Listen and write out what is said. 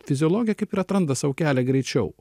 fiziologija kaip ir atranda sau kelią greičiau